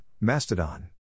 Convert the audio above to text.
Mastodon